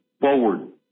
forward